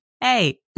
hey